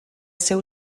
seu